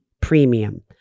premium